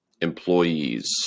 employees